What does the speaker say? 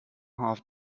half